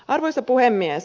arvoisa puhemies